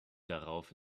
darauf